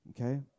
okay